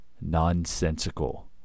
Nonsensical